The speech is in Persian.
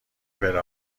بره